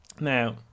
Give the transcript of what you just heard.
Now